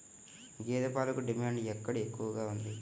గేదె పాలకు డిమాండ్ ఎక్కడ ఎక్కువగా ఉంది?